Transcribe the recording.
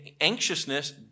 anxiousness